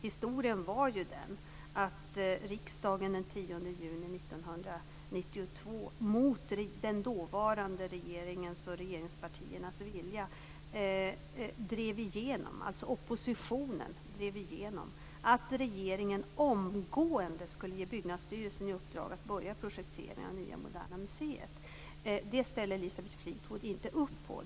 Historien var ju den att i riksdagen den 10 juni 1992 drev oppositionen, mot den dåvarande regeringens och regeringspartiernas vilja, igenom att regeringen omgående skulle ge Byggnadsstyrelsen i uppdrag att börja projekteringen av det nya Moderna museet. Det ställde Elisabeth Fleetwood inte upp på.